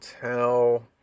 Tell